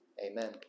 Amen